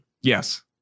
Yes